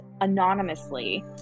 anonymously